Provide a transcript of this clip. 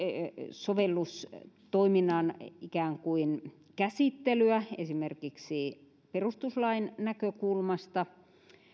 sovellustoiminnan ikään kuin käsittelyä esimerkiksi perustuslain näkökulmasta